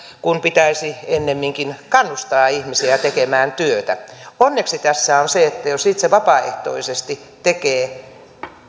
kun pitäisi ennemminkin kannustaa ihmisiä tekemään työtä onneksi tässä on se että jos itse vapaaehtoisesti tekee